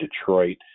Detroit